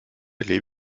lebe